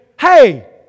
Hey